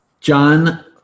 John